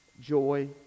joy